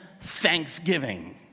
thanksgiving